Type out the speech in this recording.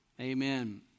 Amen